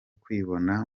kwibona